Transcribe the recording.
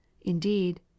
Indeed